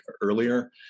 earlier